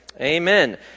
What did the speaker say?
Amen